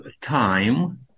time